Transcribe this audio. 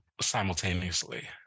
simultaneously